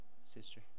sister